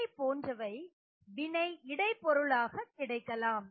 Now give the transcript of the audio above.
இவை போன்றவை வினை இடை பொருளாக கிடைக்கலாம்